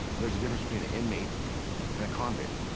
there's a difference between an inmate and a convict.